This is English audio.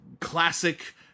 classic